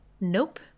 Nope